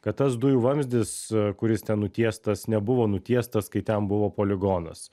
kad tas dujų vamzdis kuris ten nutiestas nebuvo nutiestas kai ten buvo poligonas